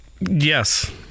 Yes